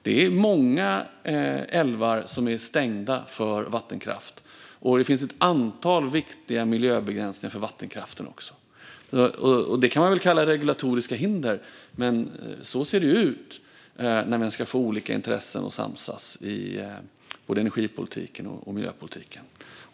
Det är många älvar som är stängda för vattenkraft, och det finns ett antal viktiga miljöbegränsningar för vattenkraften också. Det kan man väl kalla för regulatoriska hinder, men så ser det ut när man ska få olika intressen att samsas i både energipolitiken och miljöpolitiken.